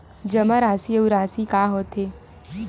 जमा राशि अउ राशि का होथे?